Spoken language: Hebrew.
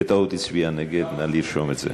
בטעות הצביע נגד, נא לרשום את זה,